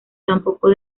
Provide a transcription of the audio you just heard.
tampoco